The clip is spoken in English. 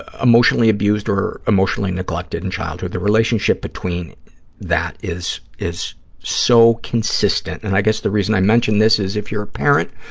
ah emotionally abused or emotionally neglected in childhood, the relationship between that is is so consistent, and i guess the reason i mention this is, if you're a parent,